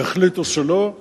החליטו שלא,